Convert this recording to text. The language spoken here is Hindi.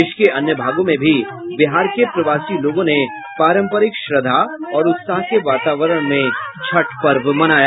देश के अन्य भागों में भी बिहार के प्रवासी लोगों ने पारंपरिक श्रद्धा और उत्साह के वातावरण में छठ पर्व मनाया